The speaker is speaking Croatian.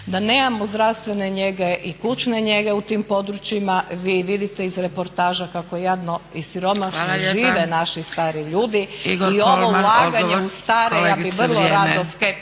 da nemamo zdravstvene njege i kućne njege u tim područjima. Vi vidite iz reportaža kako jadno i siromašno žive naši stari ljudi. **Zgrebec, Dragica (SDP)** Hvala lijepa.